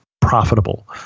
profitable